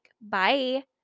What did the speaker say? Bye